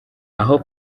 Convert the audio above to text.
aho